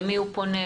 למי הוא פונה,